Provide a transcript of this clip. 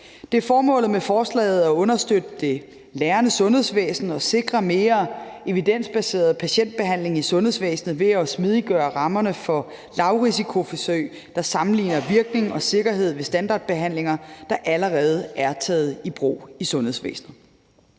Det er formålet med forslaget at understøtte det lærende sundhedsvæsen og sikre mere evidensbaseret patientbehandling i sundhedsvæsenet ved at smidiggøre rammerne for lavrisikoforsøg, der sammenligner virkning og sikkerhed ved standardbehandlinger, der allerede er taget i brug i sundhedsvæsenet.